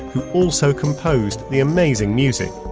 who also composed the amazing music